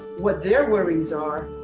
what their worries are,